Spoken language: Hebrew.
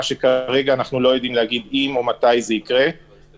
מה שכרגע אנחנו לא יודעים להגיד אם זה יקרה ואם כן אז מתי.